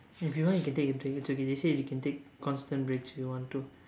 if you want you can take a break it's okay they say you can take constant breaks if you want to